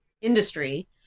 industry